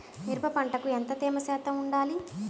మిరప పంటకు ఎంత తేమ శాతం వుండాలి?